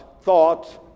thoughts